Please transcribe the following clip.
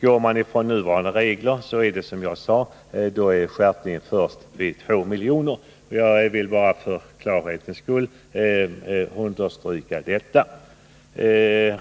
Utgår man från nuvarande regler kommer, som jag sade, skärpningen först vid 2 milj.kr. Jag vill för klarhetens skull understryka detta.